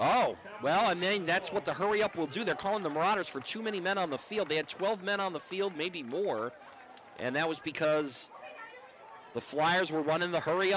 mean that's what the hurry up will do the calling the writers for too many men on the field and twelve men on the field maybe more and that was because the flyers were running the hurry